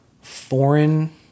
foreign